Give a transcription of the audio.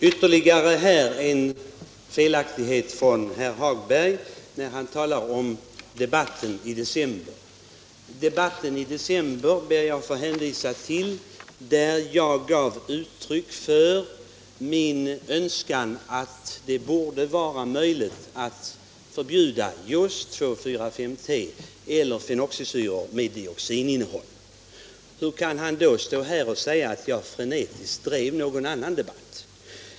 Herr talman! Herr Hagberg i Borlänge gjorde sig skyldig till ytterligare en felaktighet när han talade om debatten i december. I den debatten gav jag uttryck för min önskan att det borde vara möjligt att förbjuda just 2,4,5-T eller fenoxisyror med dioxininnehåll. Hur kan han då stå här och säga att jag drev någon annan debatt?